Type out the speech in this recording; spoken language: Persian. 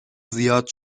زیاد